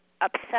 upset